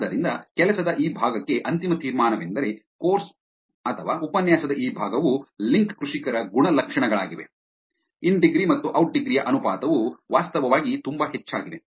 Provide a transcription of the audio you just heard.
ಆದ್ದರಿಂದ ಕೆಲಸದ ಈ ಭಾಗಕ್ಕೆ ಅಂತಿಮ ತೀರ್ಮಾನವೆಂದರೆ ಕೋರ್ಸ್ ಉಪನ್ಯಾಸದ ಈ ಭಾಗವು ಲಿಂಕ್ ಕೃಷಿಕರ ಗುಣಲಕ್ಷಣಗಳಾಗಿವೆ ಇನ್ ಡಿಗ್ರಿ ಮತ್ತು ಔಟ್ ಡಿಗ್ರಿ ಯ ಅನುಪಾತವು ವಾಸ್ತವವಾಗಿ ತುಂಬಾ ಹೆಚ್ಚಾಗಿದೆ